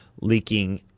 leaking